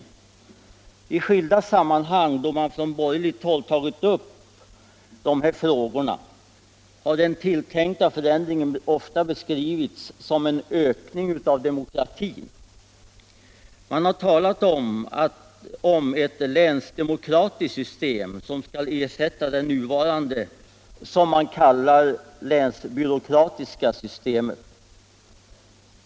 Då man från borgerligt håll i skilda sammanhang har tagit upp dessa frågor har den tänkta förändringen beskrivits som en ökning av demo . kratin. Man har talat om ett länsdemokratiskt system som skall ersätta det nuvarande "länsbyråkratiska" systemet.